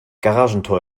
garagentor